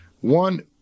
one